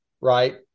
right